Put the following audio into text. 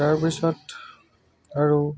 তাৰ পাছত আৰু